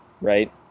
right